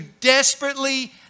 desperately